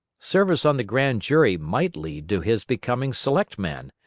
service on the grand jury might lead to his becoming selectman,